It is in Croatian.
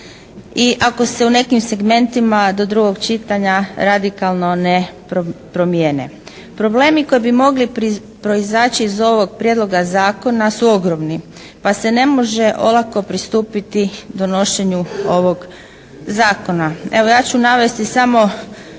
I ako se u nekim segmentima do drugog čitanja radikalno ne promjene. Problemi koji bi mogli proizaći iz ovog prijedlog zakona su ogromni, pa se ne može olako pristupiti donošenju ovog zakona. Evo, ja ću navesti samo